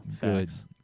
facts